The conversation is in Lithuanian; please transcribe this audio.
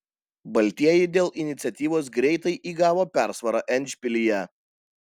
baltieji dėl iniciatyvos greitai įgavo persvarą endšpilyje